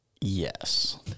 yes